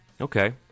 Okay